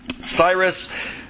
Cyrus